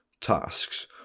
tasks